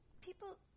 people